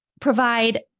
provide